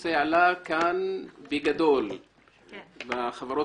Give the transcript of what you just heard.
הנושא עלה כאן בגדול לגבי החברות